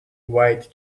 wide